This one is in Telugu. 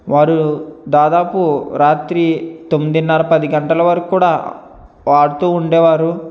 వారు దాదాపు రాత్రి తొమ్మిదిన్నర పది గంటల వరకు కూడా ఆడుతూ ఉండేవారు